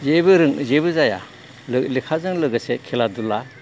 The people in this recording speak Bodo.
जेबो जाया लेखाजों लोगोसे खेला दुला